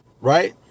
Right